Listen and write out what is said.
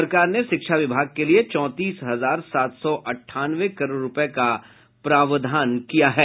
सरकार ने शिक्षा विभाग के लिए चौंतीस हजार सात सौ अट्ठानवे करोड़ रूपये का प्रावधान किया है